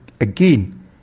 again